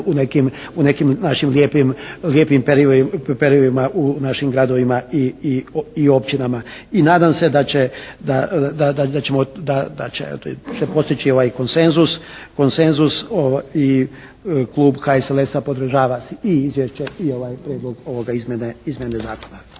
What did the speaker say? u nekim našim lijepim perivojima u našim gradovima i općinama. I nadam se da će, da ćemo, da će postići ovaj konsenzus i Klub HSLS-a podržava i izvješće i ovaj Prijedlog ovoga izmjene zakona.